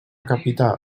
capità